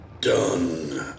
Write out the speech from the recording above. done